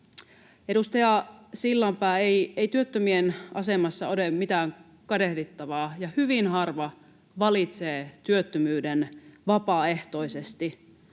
Edustaja Sillanpää, ei työttömien asemassa ole mitään kadehdittavaa, ja hyvin harva valitsee työttömyyden vapaaehtoisesti.